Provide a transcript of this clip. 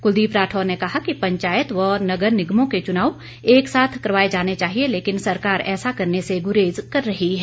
कुलदीप राठौर ने कहा कि पंचायत व नगर निगमों के चुनाव एक साथ करवाए जाने चाहिए लेकिन सरकार ऐसा करने से गुरेज कर रही है